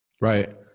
right